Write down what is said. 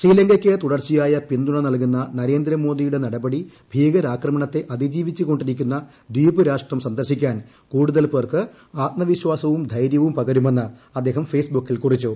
ശ്രീലങ്കയ്ക്ക് തുടർച്ചയായ പിന്തുണ നൽകുന്ന നരേന്ദ്രമോദിയുടെ നടപടി ഭീകരാക്രമണത്തെ അതിജീവിച്ചു കൊണ്ടിരിക്കുന്ന ദ്വീപ് രാഷ്ട്രം സന്ദർശിക്കാൻ കൂടുതൽ പേർക്ക് ആത്മവിശ്വാസവും ധൈര്യവും പകരുമെന്ന് അദ്ദേഹം ഫേസ്ബുക്കിൽ കുറിച്ചു